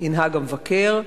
ינהג המבקר,